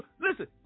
Listen